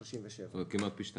כלומר כמעט פי שתיים.